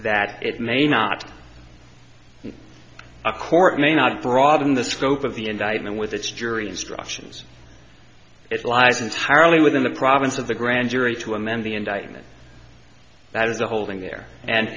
that it may not a court may not broaden the scope of the indictment with the jury instructions it lies entirely within the province of the grand jury to amend the indictment that is the holding there and